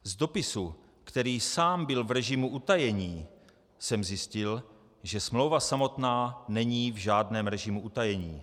Z dopisu, který sám byl v režimu utajení, jsem zjistil, že smlouva samotná není v žádném režimu utajení.